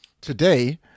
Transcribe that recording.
today